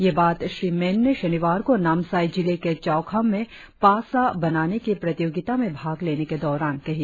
यह बात श्री मेन ने शनिवार को नामसाई जिले के चौखाम में पा सा बनाने की प्रतियोगिता में भाग लेने के दौरान कही